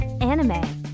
Anime